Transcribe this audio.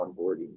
onboarding